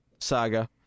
saga